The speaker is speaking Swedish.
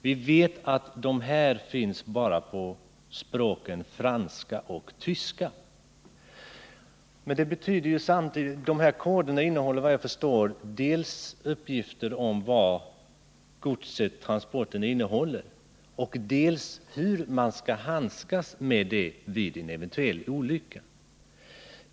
Vi vet att de här koderna finns bara på språken franska och tyska, men de upptar, såvitt jag förstår, dels uppgifter om vad transporterna innehåller, dels anvisningar för hur man skall handskas med godset vid en eventuell olycka.